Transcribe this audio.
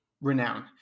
renown